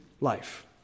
life